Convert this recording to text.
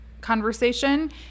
conversation